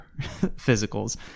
physicals